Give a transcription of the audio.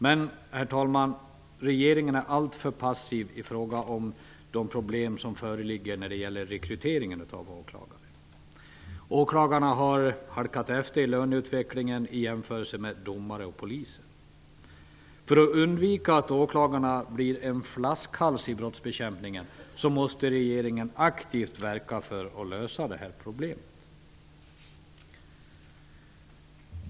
Men, herr talman, regeringen är alltför passiv i fråga om de problem som föreligger när det gäller rekrytering av åklagare. Åklagarna har halkat efter i löneutvecklingen i jämförelse med domare och poliser. För att undvika att åklagarna blir en flaskhals i brottsbekämpningen måste regeringen aktivt verka för att lösa detta problem.